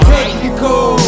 Technical